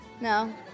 No